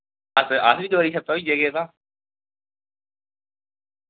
अस अस वी चोरी छप्पै होइयै गे तां